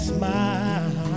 smile